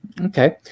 Okay